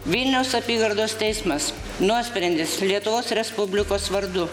vilniaus apygardos teismas nuosprendis lietuvos respublikos vardu